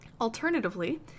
Alternatively